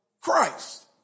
Christ